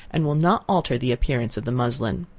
and will not alter the appearance of the muslin.